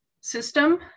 system